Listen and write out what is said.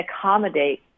accommodate